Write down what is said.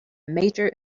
major